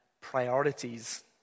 priorities